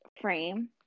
frame